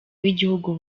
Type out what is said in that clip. w’igihugu